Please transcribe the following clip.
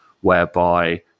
whereby